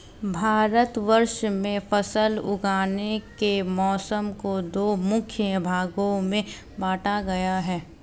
भारतवर्ष में फसल उगाने के मौसम को दो मुख्य भागों में बांटा गया है